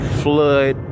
flood